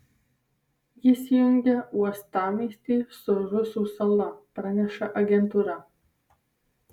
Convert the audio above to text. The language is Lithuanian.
jis jungia uostamiestį su rusų sala praneša agentūra